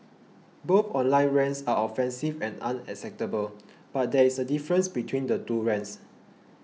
both online rants are offensive and unacceptable but there is a difference between the two rants